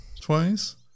Twice